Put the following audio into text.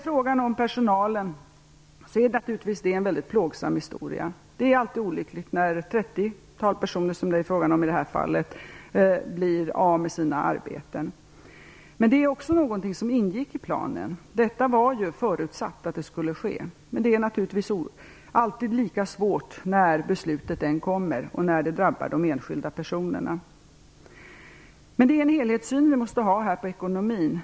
Frågan om personalen är naturligtvis en mycket plågsam historia. Det är alltid olyckligt när ett 30-tal personer, som det är fråga om i det här fallet, blir av med sina arbeten. Men detta är också något som ingår i planen. Det var ju förutsatt att detta skulle ske. Men det är naturligtvis alltid lika svårt när beslutet än kommer och när det drabbar de enskilda personerna. Men vi måste ha en helhetssyn på ekonomin.